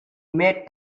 made